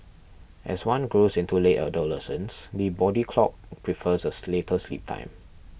as one grows into late adolescence the body clock prefers a later sleep time